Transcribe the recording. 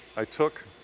i took